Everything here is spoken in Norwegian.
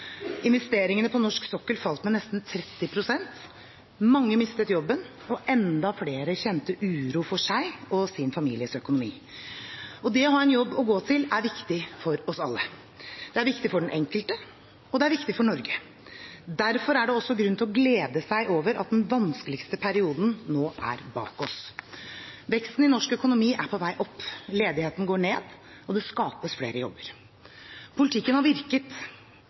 Investeringene på norsk sokkel falt med nesten 30 pst. Mange mistet jobben. Enda flere kjente uro for sin og sin families økonomi. Det å ha en jobb å gå til er viktig for oss alle. Det er viktig for den enkelte, og det er viktig for Norge. Derfor er det også grunn til å glede seg over at den vanskeligste perioden nå er bak oss. Veksten i norsk økonomi er på vei opp. Ledigheten går ned, og det skapes flere jobber. Politikken har virket,